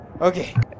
Okay